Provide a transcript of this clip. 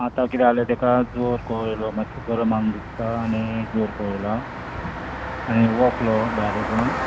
आतां कितें जालें ताका जोर कसो आयलो मात्सो गरम आंग दिसता आनी जोर कसो आयला आनी वोंकलो भायर वचून